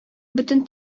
бөтен